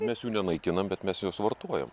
mes jų nenaikinam bet mes juos vartojam